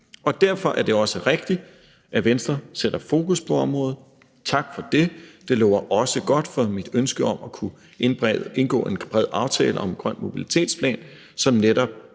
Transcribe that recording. Derfor er det også godt, at Venstre sætter fokus på området. Tak for det – det lover også godt for mit ønske om at kunne indgå en bred aftale om en grøn mobilitetsplan, som netop